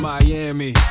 Miami